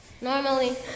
Normally